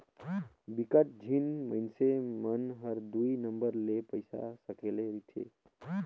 बिकट झिन मइनसे मन हर दुई नंबर ले पइसा सकेले रिथे